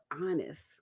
honest